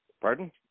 Pardon